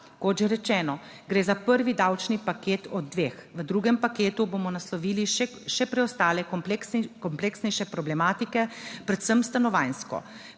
Kot že rečeno, gre za prvi davčni paket od dveh. V drugem paketu bomo naslovili še preostale kompleksnejše problematike, predvsem stanovanjsko.